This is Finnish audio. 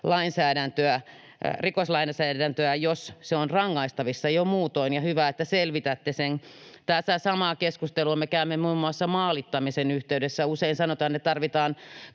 rikoslainsäädäntöä, jos se on rangaistavissa jo muutoin, ja hyvä, että selvitätte sen. Tätä samaa keskustelua me käymme muun muassa maalittamisen yhteydessä. Usein sanotaan, että tarvitsee